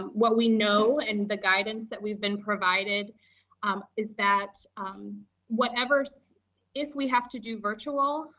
um what we know and the guidance that we've been provided um is that um whatever, so if we have to do virtual,